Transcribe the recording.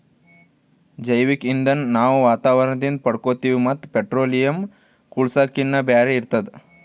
ಜೈವಿಕ್ ಇಂಧನ್ ನಾವ್ ವಾತಾವರಣದಿಂದ್ ಪಡ್ಕೋತೀವಿ ಮತ್ತ್ ಪೆಟ್ರೋಲಿಯಂ, ಕೂಳ್ಸಾಕಿನ್ನಾ ಬ್ಯಾರೆ ಇರ್ತದ